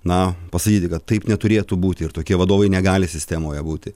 na pasakyti kad taip neturėtų būti ir tokie vadovai negali sistemoje būti